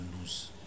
lose